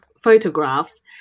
photographs